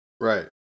right